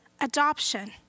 adoption